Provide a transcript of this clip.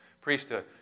priesthood